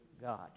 God